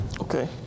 okay